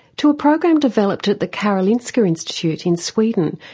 to a program developed at the karolinska institute in sweden,